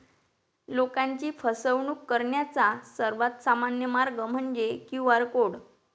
लोकांची फसवणूक करण्याचा सर्वात सामान्य मार्ग म्हणजे क्यू.आर कोड